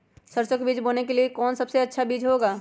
सरसो के बीज बोने के लिए कौन सबसे अच्छा बीज होगा?